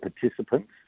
participants